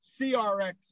CRX